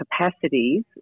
capacities